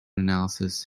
analysis